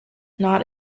not